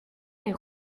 les